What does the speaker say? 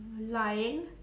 lying